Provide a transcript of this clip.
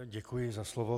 Děkuji za slovo.